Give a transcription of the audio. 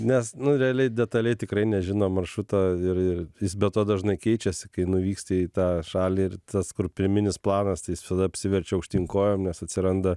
nes nu realiai detaliai tikrai nežinom maršruto ir ir jis be to dažnai keičiasi kai nuvyksti į tą šalį ir tas kur pirminis planas tai jis visada apsiverčia aukštyn kojom nes atsiranda